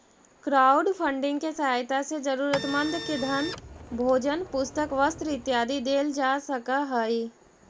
crowdfunding के सहायता से जरूरतमंद के धन भोजन पुस्तक वस्त्र इत्यादि देल जा सकऽ हई